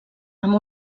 amb